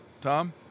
Tom